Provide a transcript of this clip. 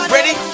Ready